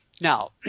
Now